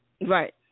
Right